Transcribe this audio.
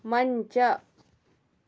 ಮಂಚ